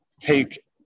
Take